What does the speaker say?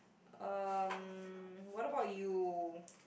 um what about you